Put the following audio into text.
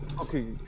okay